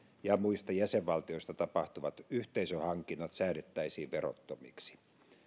ja muista jäsenvaltioista tapahtuvat yhteisöhankinnat säädettäisiin verottomiksi